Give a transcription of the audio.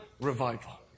Revival